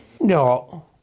No